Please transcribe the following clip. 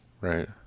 Right